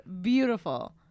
beautiful